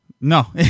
No